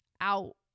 out